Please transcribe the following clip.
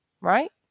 right